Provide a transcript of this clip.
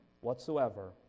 whatsoever